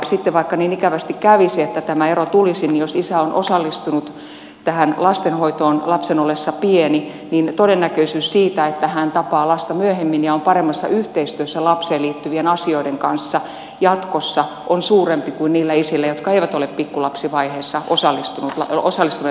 sitten vaikka niin ikävästi kävisi että tämä ero tulisi niin jos isä on osallistunut lastenhoitoon lapsen ollessa pieni niin todennäköisyys siihen että hän tapaa lasta myöhemmin ja on paremmassa yhteistyössä lapseen liittyvien asioiden kanssa jatkossa on suurempi kuin niillä isillä jotka eivät ole pikkulapsivaiheessa osallistuneet lapsenhoitoon